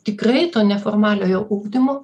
tikrai to neformaliojo ugdymo